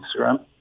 Instagram